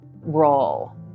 role